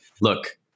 look